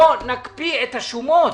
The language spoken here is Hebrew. בוא נקפיא את השומות,